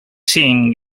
seen